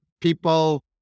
people